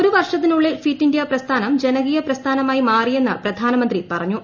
ഒരു വർഷത്തിനുള്ളിൽ fit India പ്രസ്ഥാനം ജനകീയ പ്രസ്ഥാനമായി മാറിയെന്ന് പ്രധാനമന്ത്രി പറഞ്ഞു